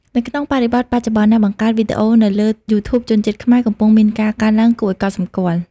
នៅក្នុងបរិបទបច្ចុប្បន្ន អ្នកបង្កើតវីដេអូនៅលើ YouTube ជនជាតិខ្មែរកំពុងមានការកើនឡើងគួរឲ្យកត់សម្គាល់។